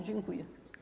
Dziękuję.